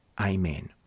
Amen